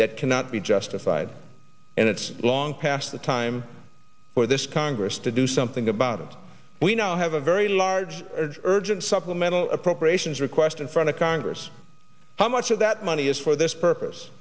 that cannot be justified and it's long past the time for this congress to do something about it we now have a very large urgent supplemental appropriations request in front of congress how much of that money is for this purpose